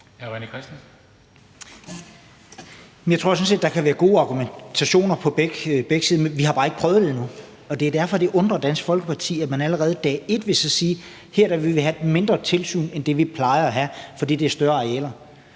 set, at der kan være gode argumenter på begge sider, men vi har bare ikke prøvet det endnu, og det er derfor, det undrer Dansk Folkeparti, at man siger, at man allerede fra dag et vil have mindre tilsyn, end man plejer at have, fordi det er større arealer.